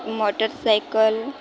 motor cycle